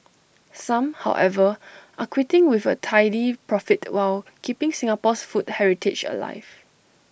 some however are quitting with A tidy profit while keeping Singapore's food heritage alive